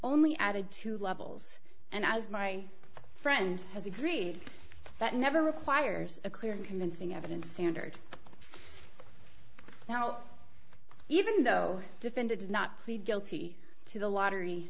only added to levels and as my friend has agreed that never requires a clear and convincing evidence standard now even though defended did not plead guilty to the lottery